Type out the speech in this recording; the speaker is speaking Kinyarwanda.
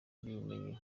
ry’ubumenyi